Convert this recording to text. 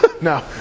No